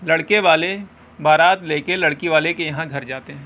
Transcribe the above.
لڑکے والے بارات لے کے لڑکی والے کے یہاں گھر جاتے ہیں